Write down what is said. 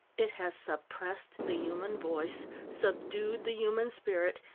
it has suppressed the human voice, subdued the human spirit,